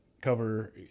Cover